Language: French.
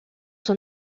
son